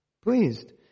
pleased